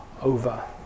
over